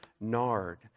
nard